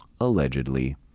allegedly